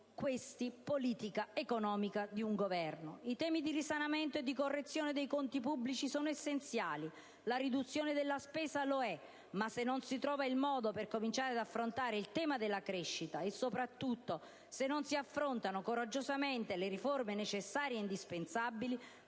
la politica economica di un Governo. I temi di risanamento e correzione dei conti pubblici sono essenziali. La riduzione della spesa lo è, ma se non si trova il modo per cominciare ad affrontare il tema della crescita e soprattutto se non si affrontano coraggiosamente le riforme necessarie e indispensabili,